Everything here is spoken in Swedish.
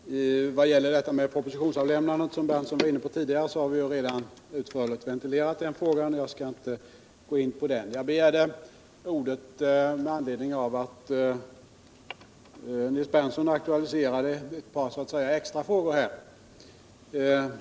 Herr talman! Vad gäller detta med propositionsavlämnandet, som Nils Berndtson var inne på, så har vi ju redan tidigare utförligt ventilerat den frågan och jag skall inte gå in på den. Jag begärde ordet med anledning av att Nils Berndtson aktualiserade ett par extra frågor.